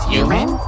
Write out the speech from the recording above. Human